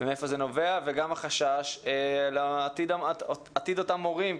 מהיכן זה נובע וגם על החשש לעתיד אותם מורים,